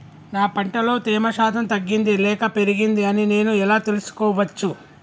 నా పంట లో తేమ శాతం తగ్గింది లేక పెరిగింది అని నేను ఎలా తెలుసుకోవచ్చు?